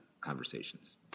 conversations